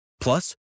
Plus